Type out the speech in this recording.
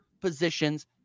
positions